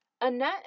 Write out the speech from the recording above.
Annette